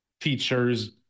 features